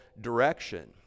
direction